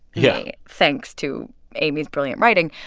yeah. thanks to amy's brilliant writing.